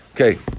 Okay